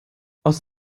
aus